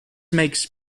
makes